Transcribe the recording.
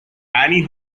annie